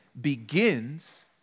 begins